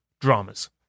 dramas